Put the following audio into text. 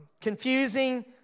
confusing